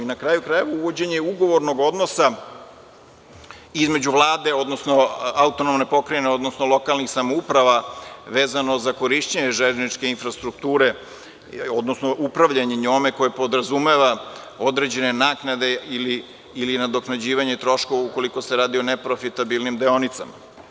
Na kraju krajeva, uvođenje ugovornog odnosa između vlade, odnosno autonomne pokrajine, odnosno lokalnih samouprava, vezano za korišćenje zajedničke infrastrukture, odnosno upravljanje njome, koje podrazumeva određene naknade ili nadoknađivanje troškova ukoliko se radi o neprofitabilnim deonicama.